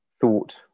thought